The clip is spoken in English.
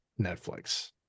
netflix